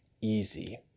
easy